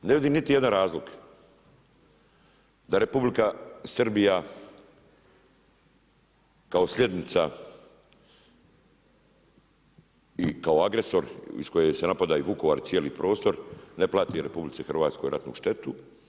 Ne vidim niti jedan razlog da Republika Srbija kao slijednica i kao agresor iz koje se napadao Vukovar i cijeli prostor, ne plati RH ratnu štetu.